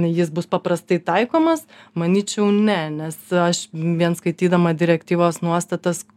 jis bus paprastai taikomas manyčiau ne nes aš vien skaitydama direktyvos nuostatas